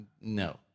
No